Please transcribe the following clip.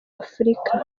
afurika